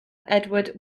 edward